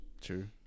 true